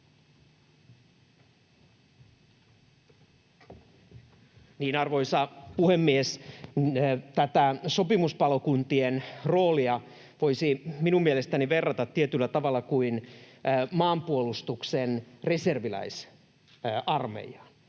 Arvoisa puhemies! Tätä sopimuspalokuntien roolia voisi minun mielestäni verrata tietyllä tavalla maanpuolustuksen reserviläisarmeijaan.